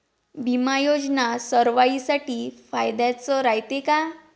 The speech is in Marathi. बिमा योजना सर्वाईसाठी फायद्याचं रायते का?